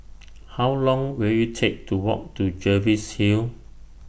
How Long Will IT Take to Walk to Jervois Hill